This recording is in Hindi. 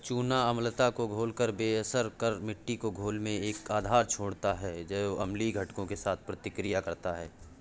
चूना अम्लता को घोलकर बेअसर कर मिट्टी के घोल में एक आधार छोड़ता है जो अम्लीय घटकों के साथ प्रतिक्रिया करता है